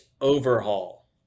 Overhaul